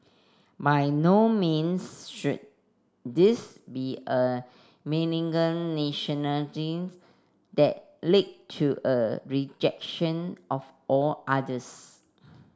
by no means should this be a malignant nationalism that lead to a rejection of all others